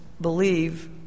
believe